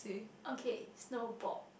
okay snowball